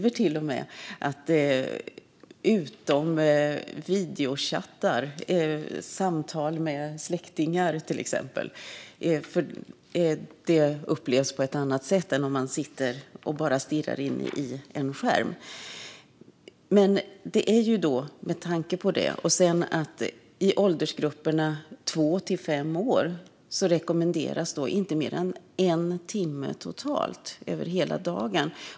Enda undantaget är videochattar med släktingar eftersom det upplevs på ett annat sätt än att bara sitta och stirra på en skärm. I åldersgruppen två till fem år rekommenderas inte mer än en timme totalt över hela dagen.